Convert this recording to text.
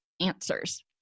answers